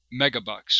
megabucks